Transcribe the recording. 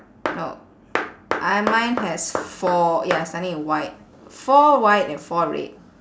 no I mine has four ya starting with white four white and four red